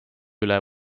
üle